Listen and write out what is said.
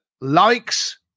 likes